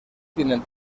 tienen